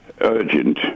urgent